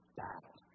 battle